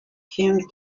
him